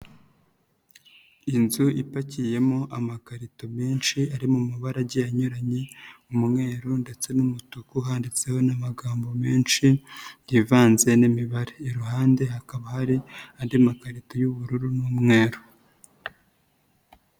Inzu ipakiyemo amakarito menshi ari mu mabara agiye anyuranye, umweru ndetse n'umutuku handitseho n'amagambo menshi yivanze n'imibare. Iruhande hakaba hari andi makarito y'ubururu n'umweru.